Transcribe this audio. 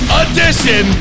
edition